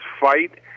fight